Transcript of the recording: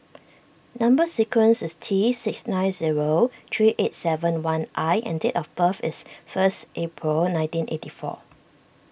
Number Sequence is T six nine zero three eight seven one I and date of birth is first April nineteen eighty four